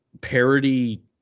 parody